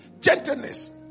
gentleness